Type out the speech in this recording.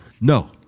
No